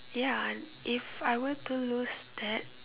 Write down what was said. ya and if I were to lose that